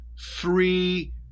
three